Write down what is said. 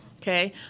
okay